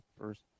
first